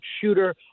shooter